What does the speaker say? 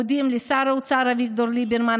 מודים לשר האוצר אביגדור ליברמן,